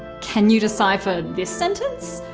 can you decipher this sentence?